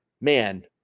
man